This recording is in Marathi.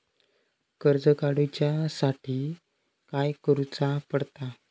कर्ज काडूच्या साठी काय करुचा पडता?